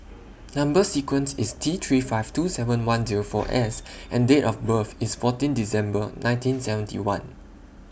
Number sequence IS T three five two seven one Zero four S and Date of birth IS fourteen December nineteen seventy one